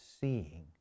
seeing